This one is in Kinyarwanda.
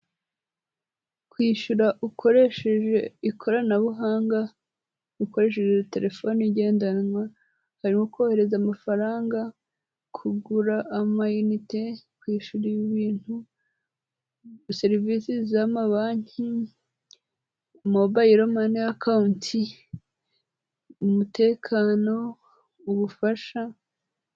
Kwishyura ukoresheje ikoranabuhanga, ukoresheje telefone igendanwa, harimo kohereza amafaranga, kugura ama inite, kwishyura ibintu, serivisi z'amabanki, mobayilo mani akawunti, umutekano, ubufasha...